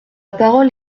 parole